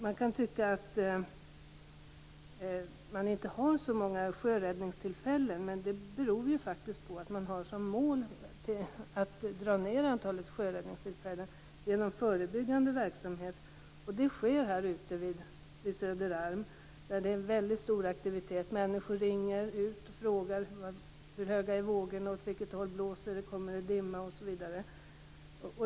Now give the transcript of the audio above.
Man kan tycka att det inte är så många sjöräddningstillfällen, men det beror på att målet är att dra ned antalet sjöräddningstillfällen genom förebyggande verksamhet. Sådan verksamhet sker ute vid Söderarm, där det är en väldigt stor aktivitet. Människor ringer och frågar hur höga vågorna är, åt vilket håller det blåser, om det kommer dimma osv.